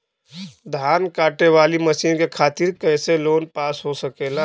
धान कांटेवाली मशीन के खातीर कैसे लोन पास हो सकेला?